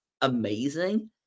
amazing